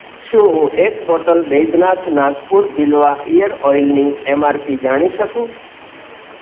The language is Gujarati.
શું હું એક બોટલ બૈદ્યનાથ નાથપુર બીલવા એર ઓઈલની એમઆરપી જાણી શકું